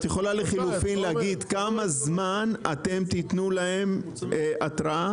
יכולה לחילופין להגיד כמה זמן אתם תתנו להם התראה?